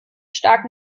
stark